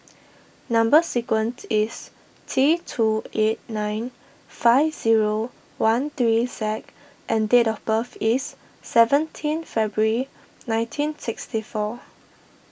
Number Sequence is T two eight nine five zero one three Z and date of birth is seventeen February nineteen sixty four